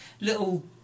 little